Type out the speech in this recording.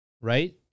right